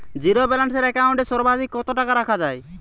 Zero balance account এ সর্বাধিক কত টাকা রাখা য়ায়?